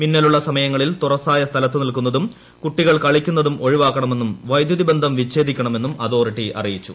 മിന്നലുള്ള സമയങ്ങളിൽ തുറസ്സായ സ്ഥലത്തു നിൽക്കുന്നതും കുട്ടികൾ കളിക്കുന്നതും ഒഴിവാക്കണമെന്നും വൈദ്യുതിബന്ധം വിച്ഛേദിക്കണമെന്നും അതോറിറ്റി അറിയിച്ചു